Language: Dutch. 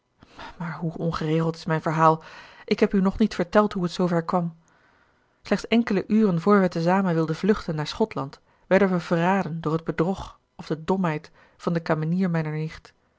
maar hoe ongeregeld is mijn verhaal ik heb u nog niet verteld hoe het zoover kwam slechts enkele uren voor wij te zamen wilden vluchten naar schotland werden wij verraden door het bedrog of de domheid van de kamenier mijner nicht